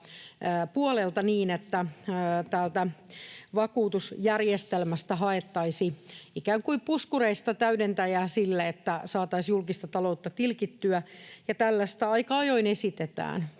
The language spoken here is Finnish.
että täältä vakuutusjärjestelmästä ikään kuin puskureista haettaisiin täydentäjää sille, että saataisiin julkista taloutta tilkittyä. Tällaista aika ajoin esitetään.